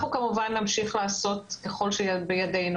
אנחנו מצטרפים באמת, כמו שתיארנו מראש, לדרישה.